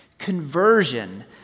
conversion